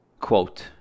Quote